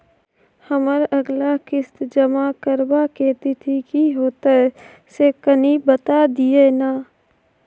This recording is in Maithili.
हमर अगला किस्ती जमा करबा के तिथि की होतै से कनी बता दिय न?